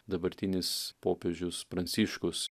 dabartinis popiežius pranciškus